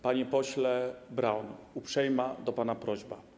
Panie pośle Braun, uprzejma do pana prośba.